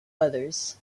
others